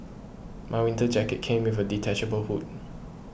my winter jacket came with a detachable hood